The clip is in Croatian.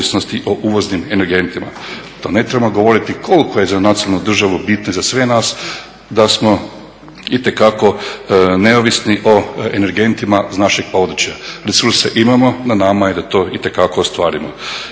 ne treba govoriti koliko je za nacionalnu državu bitno i za sve nas da smo itekako neovisni o energentima iz našeg područja. Resurse imamo, na nama je da to itekako ostvarimo.